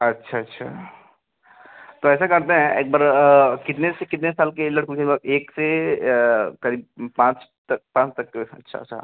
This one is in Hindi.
अच्छा अच्छा तो ऐसा करते हैं एक बार कितने से कितने साल के लड़कों के वा एक से करीब पाँच तक पाँच तक के अच्छा अच्छा